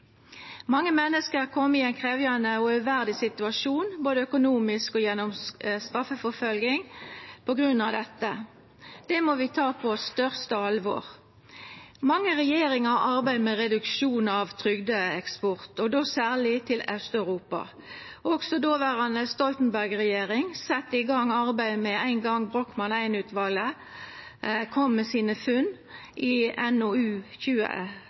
Mange menneske er komne i ein krevjande og uverdig situasjon, både økonomisk og gjennom straffeforfølging, på grunn av dette. Det må vi ta på det største alvor. Mange regjeringar har arbeidd med reduksjon av trygdeeksport, då særleg til Aust-Europa. Også dåverande Stoltenberg-regjering sette i gang arbeidet med ein gong Brochmann-utvalet kom med funna sine i